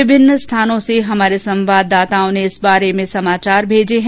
विभिन्न स्थानों से हमारे संवाददाताओं ने इस बारे में समाचार भेजें है